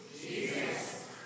Jesus